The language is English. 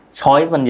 choice